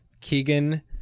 Keegan